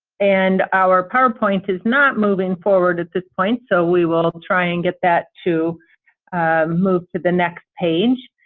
and our powerpoint is not moving forward at this point, so we will try and get that to move to the next page.